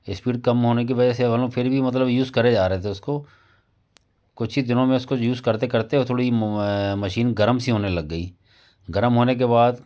speed कम होने की वजह से हम लोग फिर भी मतलब यूज़ करे जा रहे थे उसको कुछ ही दिनों में उसको यूज़ करते करते थोड़ी मशीन गर्म सी होने लग गई गर्म होने के बाद